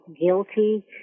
guilty